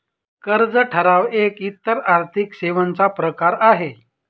कर्ज ठराव एक इतर आर्थिक सेवांचा प्रकार आहे